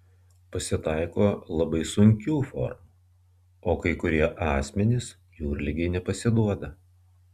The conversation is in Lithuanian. pasitaiko labai sunkių formų o kai kurie asmenys jūrligei nepasiduoda